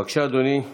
בבקשה, אדוני,